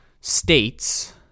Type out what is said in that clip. states